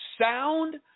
sound